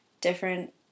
different